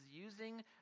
using